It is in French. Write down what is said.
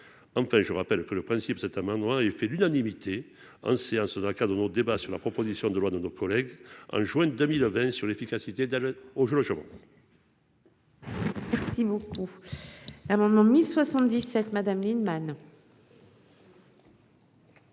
enfin, je rappelle que le principe, c'est ta main et fait l'unanimité en séance dans nos débats sur la proposition de loi de nos collègues en juin 2000 sur l'efficacité de la lettre